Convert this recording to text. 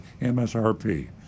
MSRP